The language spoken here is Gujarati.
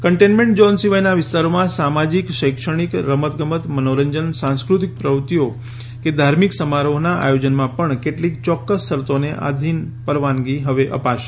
કન્ટેઇન્મેન્ટ ઝોન સિવાયના વિસ્તારોમાં સામાજિક શૈક્ષણિક રમત ગમત મનોરંજન સાંસ્કૃતિક પ્રવૃત્તિઓ ધાર્મિક સમારોહના આયોજનમાં પણ કેટલીક યોક્ક્સ શરતોને આધીન પરવાનગી હવે અપાશે